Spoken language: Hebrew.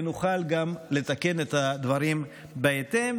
ונוכל גם לתקן את הדברים בהתאם.